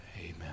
Amen